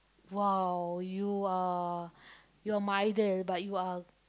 !wow! you are you are my idol but you are